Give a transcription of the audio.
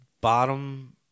bottom